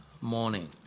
morning